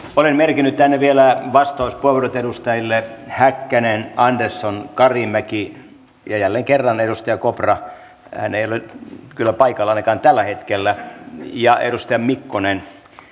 olen merkinnyt tänne vielä vastauspuheenvuorot edustajille häkkänen andersson karimäki ja jälleen kerran kopra hän ei ole kyllä paikalla ainakaan tällä hetkellä ja mikkonen